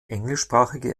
englischsprachige